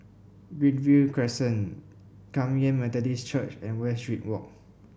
Greenview Crescent Kum Yan Methodist Church and Westridge Walk